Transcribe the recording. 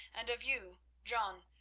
and of you, john,